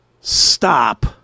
stop